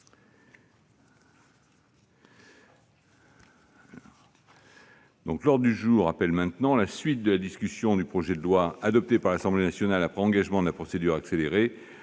L'ordre du jour appelle la suite de la discussion du projet de loi, adopté par l'Assemblée nationale après engagement de la procédure accélérée,